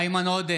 בעד